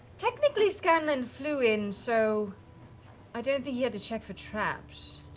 technically, scanlan flew in, so i don't think he had to check for traps.